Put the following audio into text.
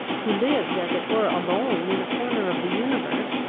who lived as it were alone in a corner of the universe,